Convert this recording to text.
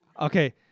Okay